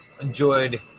enjoyed